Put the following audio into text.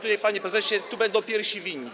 Tutaj, panie prezesie, będą pierwsi winni.